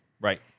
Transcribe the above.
Right